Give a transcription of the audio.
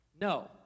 No